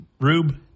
Rube